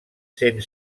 sent